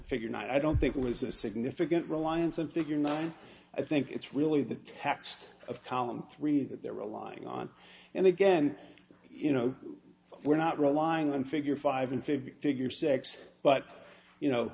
figure night i don't think was a significant reliance on figure night i think it's really the text of column three that they're relying on and again you know we're not relying on figure five hundred fifty figure sex but you know